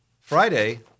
Friday